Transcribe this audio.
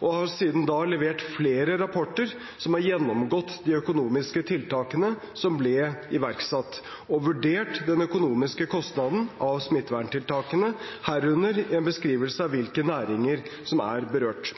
og har siden da levert flere rapporter som har gjennomgått de økonomiske tiltakene som ble iverksatt, og vurdert den økonomiske kostnaden av smitteverntiltakene, herunder en beskrivelse av hvilke næringer som er berørt.